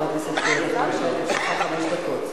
לרשותך חמש דקות.